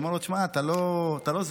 אמר לו: תשמע, אתה לא זאב.